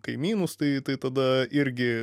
kaimynus tai tai tada irgi